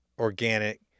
organic